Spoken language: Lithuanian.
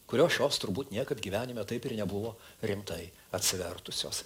kurio šios turbūt niekad gyvenime taip ir nebuvo rimtai atsivertusios